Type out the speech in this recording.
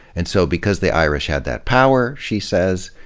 and so, because the irish had that power, she says,